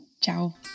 Ciao